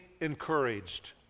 encouraged